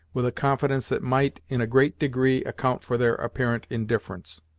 with a confidence that might, in a great degree, account for their apparent indifference.